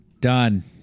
Done